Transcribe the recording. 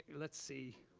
let's see.